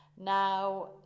Now